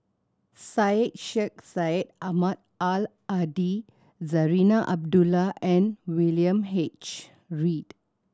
Syed Sheikh Syed Ahmad Al Hadi Zarinah Abdullah and William H Read